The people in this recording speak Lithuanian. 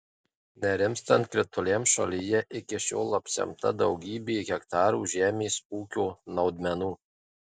nerimstant krituliams šalyje iki šiol apsemta daugybė hektarų žemės ūkio naudmenų